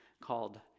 called